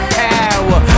power